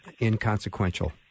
inconsequential